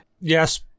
Yes